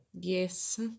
Yes